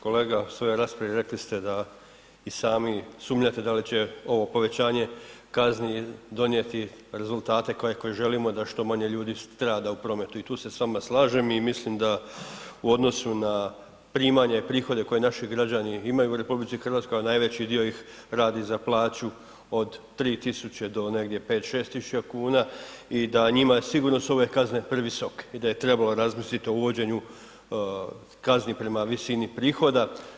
Kolega, u svojoj raspravi rekli ste da i sami sumnjate da li će ovo povećanje kazni donijeti rezultate kakve želimo da što manje ljudi strada u prometu i tu se s vama slažem i mislim da u odnosu na primanje i prihode koje naši građani imaju u RH a najveći dio ih radi za plaću od 3000 do negdje 5000, 6000 kuna i da njima je sigurno su ove kazne previsoke i da je trebalo razmisliti o uvođenju kazni prema visini prihoda.